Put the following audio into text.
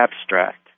abstract